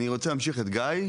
אני רוצה להמשיך את גיא,